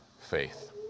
faith